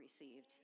received